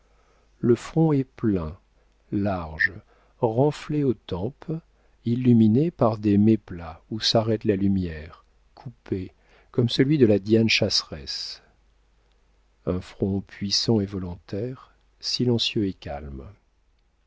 le front est plein large renflé aux tempes illuminé par des méplats où s'arrête la lumière coupé comme celui de la diane chasseresse un front puissant et volontaire silencieux et calme